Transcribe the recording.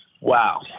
Wow